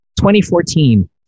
2014